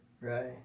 Right